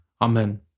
Amen